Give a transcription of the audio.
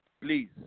please